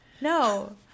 No